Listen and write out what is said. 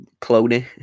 Cloney